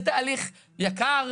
זה תהליך יקר,